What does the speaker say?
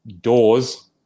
Doors